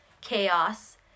chaos